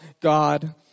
God